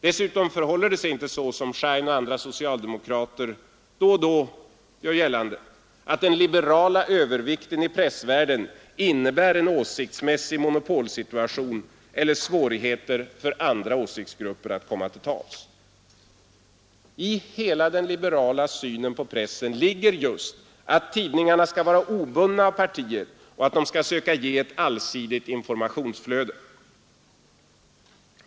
Dessutom förhåller det sig inte så, som Schein och andra socialdemokrater då och då gör gällande, att den liberala övervikten i pressvärlden innebär en åsiktsmässig monopolsituation eller svårigheter för andra åsiktsgrupper att komma till tals. I hela den liberala synen på pressen ligger just att tidningarna skall vara obundna av partier och att de skall söka ge ett allsidigt informationsflöde.